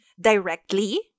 directly